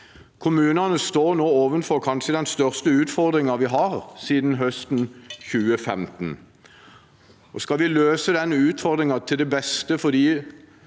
Kommunene står nå overfor den kanskje største utfordringen vi har hatt siden høsten 2015. Skal vi løse den utfordringen til beste